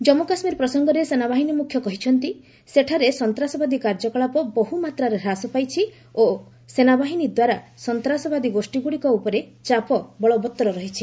କାମ୍ମୁ କାଶ୍ମୀର ପ୍ରସଙ୍ଗରେ ସେନାବାହିନୀ ମୁଖ୍ୟ କହିଛନ୍ତି ସେଠାରେ ସନ୍ତାସବାଦୀ କାର୍ଯ୍ୟକଳାପ ବହୁ ମାତ୍ରାରେ ହ୍ରାସ ପାଇଛି ଓ ସେନାବାହିନୀ ଦ୍ୱାରା ସନ୍ତାସବାଦୀ ଗୋଷୀଗୁଡ଼ିକ ଉପରେ ଚାପ ବଳବତ୍ତର ରହିଛି